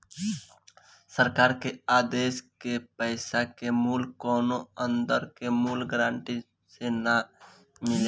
सरकार के आदेश के पैसा के मूल्य कौनो अंदर के मूल्य गारंटी से ना मिलेला